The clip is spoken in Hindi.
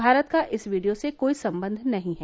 भारत का इस वीडियो से कोई संबंध नहीं है